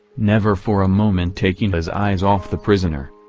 never for a moment taking but his eyes off the prisoner.